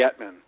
Getman